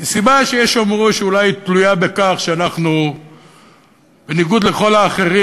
היא סיבה שיש שיאמרו שאולי היא תלויה בכך שבניגוד לכל האחרים,